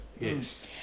yes